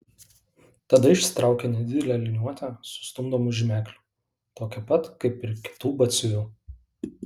tada išsitraukė nedidelę liniuotę su stumdomu žymekliu tokią pat kaip ir kitų batsiuvių